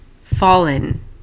fallen